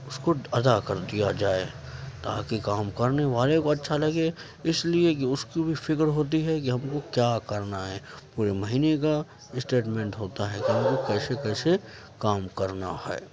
اس کو ادا کر دیا جائے تاکہ کام کرنے والے کو اچھا لگے اس لیے کہ اس کی بھی فکر ہوتی ہے کہ ہم کو کیا کرنا ہے پورے مہینے کا اسٹیٹمنٹ ہوتا ہے ہمیں کیسے کیسے کام کرنا ہے